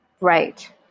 Right